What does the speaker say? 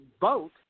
vote